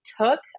took